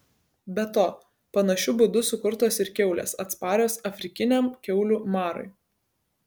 be to panašiu būdu sukurtos ir kiaulės atsparios afrikiniam kiaulių marui